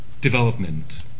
development